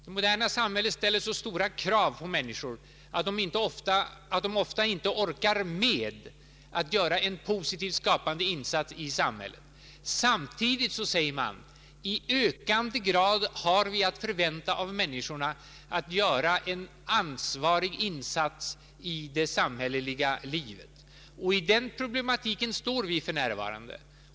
Det moderna samhället ställer så stora krav på människor att de ofta inte orkar med att göra en positivt skapande insats i samhället. Samtidigt säger man: I ökande grad har vi att förvänta av människorna att de gör en ansvarig insats i det samhälleliga livet. I den problematiken står vi för närvarande.